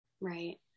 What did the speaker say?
Right